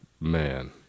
Man